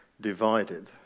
divided